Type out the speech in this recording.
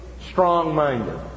strong-minded